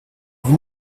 vous